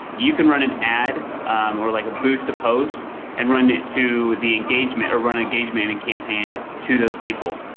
you can run an ad or like a boosted post and run it to the engagement or run engagement and campaigned to those people.